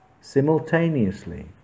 simultaneously